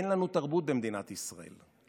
שאין לנו תרבות במדינת ישראל.